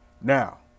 Now